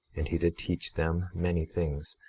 and he did teach them many things.